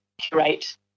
curate